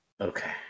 Okay